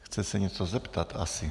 Chce se na něco zeptat asi.